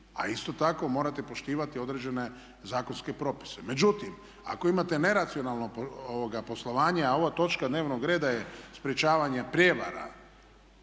A isto tako morate poštivati određene zakonske propise. Međutim, ako imate neracionalno poslovanje a ova točka dnevnog reda je sprječavanje prijevara